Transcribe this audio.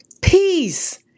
peace